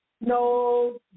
No